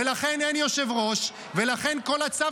אולי הבנת הנשמע